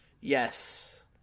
Yes